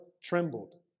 trembled